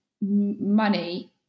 money